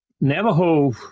Navajo